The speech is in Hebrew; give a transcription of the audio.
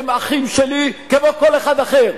הם אחים שלי כמו כל אחד אחר.